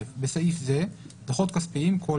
28א.(א) בסעיף זה "דוחות כספיים" כל